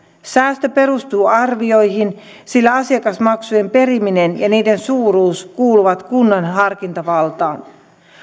säästö perustuu arvioihin sillä asiakasmaksujen periminen ja niiden suuruus kuuluvat kunnan harkintavaltaan